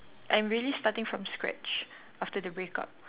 I'm really starting from scratch after the break-up